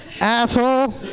asshole